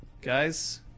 Guys